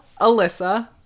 Alyssa